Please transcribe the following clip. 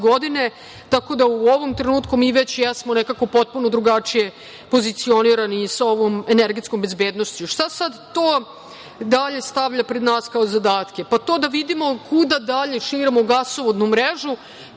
godine, tako da u ovom trenutku mi već jesmo nekako potpuno drugačije pozicionirani sa ovom energetskom bezbednošću. Šta sad to dalje stavlja pred nas kao zadatke? Pa, to da vidimo kuda dalje širimo gasovodnu mrežu,